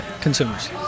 Consumers